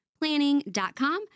planning.com